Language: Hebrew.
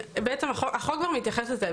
החוק כבר מתייחס לזה.